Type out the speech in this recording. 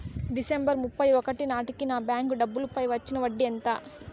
December ముప్పై ఒకటి నాటేకి నా బ్యాంకు డబ్బుల పై వచ్చిన వడ్డీ ఎంత?